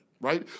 right